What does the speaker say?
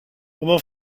pendant